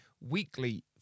weekly